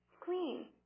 clean